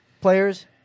players